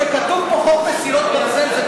כשאתה לא אוהב את החוקים אז אתה תעשה דרמה.